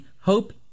hope